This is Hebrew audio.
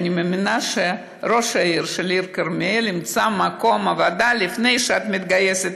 ואני מאמינה שראש העיר של כרמיאל ימצא לך מקום עבודה לפני שאת מתגייסת,